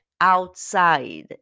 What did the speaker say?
outside